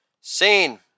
Scene